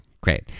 Great